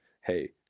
Hey